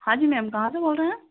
हाँ जी मैम कहाँ से बोल रहे हैं